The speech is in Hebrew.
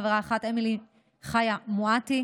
חברה אחת: אמילי חיה מואטי,